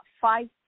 five